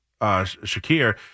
Shakir